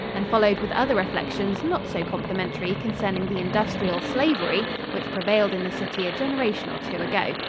and followed with other reflections not so complimentary concerning the industrial slavery which prevailed in the city a generation or two ago.